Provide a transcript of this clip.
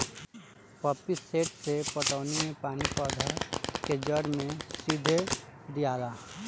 pump set से पटौनी मे पानी पौधा के जड़ मे सीधे दियाला